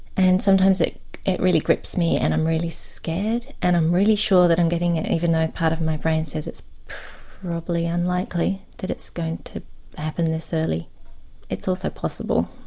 and sometimes it it really grips me and i'm really scared and i'm really sure that i'm getting it even though part of my brain says it's probably unlikely that it's going to happen this early it's also possible.